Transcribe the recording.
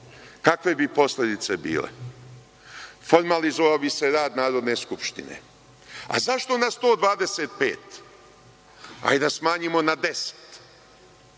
kakve bi posledice bile. Formalizovao bi se rad Narodne skupštine. A zašto na 125? Hajde da smanjimo na 10,